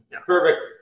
Perfect